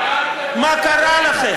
מה קרה לכם?